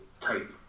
type